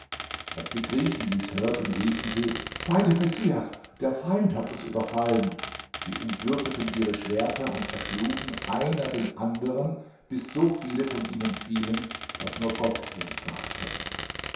als die griechen dies hörten riefen sie bei dem messias der feind hat uns überfallen sie umgürteten ihre schwerter und erschlugen einer den anderen bis so viele von ihnen fielen daß nur gott ihre zahl kennt